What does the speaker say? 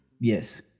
Yes